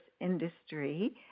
industry